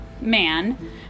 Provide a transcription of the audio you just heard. man